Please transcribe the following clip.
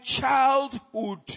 childhood